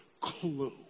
clue